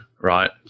right